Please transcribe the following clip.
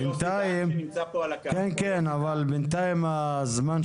בינתיים נרצה